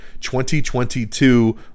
2022